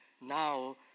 Now